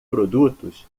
produtos